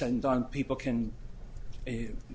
and done people can